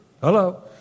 Hello